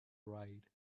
ride